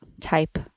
type